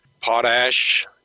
Potash